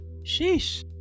sheesh